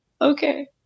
Okay